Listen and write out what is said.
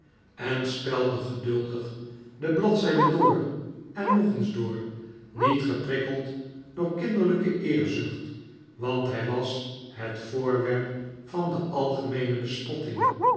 en spelde geduldig de bladzijde door en nog eens door niet geprikkeld door kinderlijke eerzucht want hij was het voorwerp van de algemeene bespotting